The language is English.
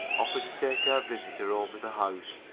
offered to take her visitor over the house,